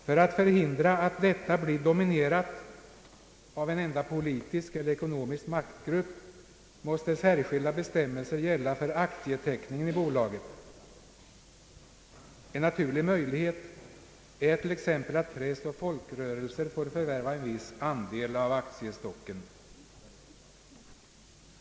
För att förhindra att detta blir dominerat av en enda politisk eller ekonomisk maktgruppering måste särskilda bestämmelser gälla för aktieteckningen i bolaget. — En naturlig möjlighet är t.ex. att press och folkrörelser får förvärva en viss andel av aktiestocken.